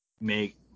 make